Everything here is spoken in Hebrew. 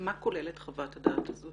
מה כוללת חוות הדעת הזאת?